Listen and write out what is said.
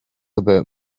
about